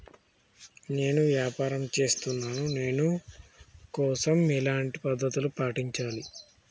నేను వ్యాపారం చేస్తున్నాను నేను ఋణం కోసం ఎలాంటి పద్దతులు పాటించాలి?